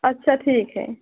अच्छा ठीक है